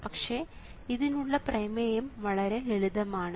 പക്ഷേ ഇതിനുള്ള പ്രമേയം വളരെ ലളിതമാണ്